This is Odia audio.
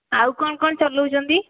ଆଉ କ'ଣ କ'ଣ ଚଲାଉଛନ୍ତି